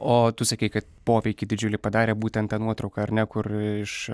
o tu sakei kad poveikį didžiulį padarė būtent ta nuotrauka ar ne kur iš